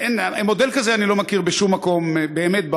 מודל כזה אני לא מכיר בשום מקום בעולם,